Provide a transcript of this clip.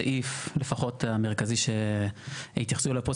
הסעיף לפחות המרכזי שהתייחסו אליו פה,